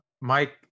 Mike